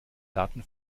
daten